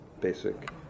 basic